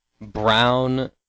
brown